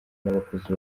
n’abakozi